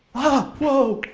ah, whoa!